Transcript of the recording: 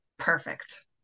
perfect